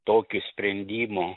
tokiu sprendimu